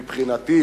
מבחינתי,